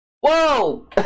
Whoa